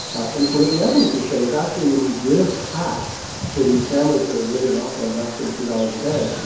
and so what the evidence has shown is actually when you give cash to these families that are living off and less than two dollars a day,